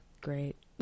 great